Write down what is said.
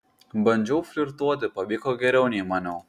bandžiau flirtuoti pavyko geriau nei maniau